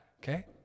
Okay